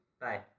Bye